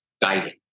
guiding